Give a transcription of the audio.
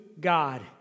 God